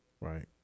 Right